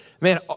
man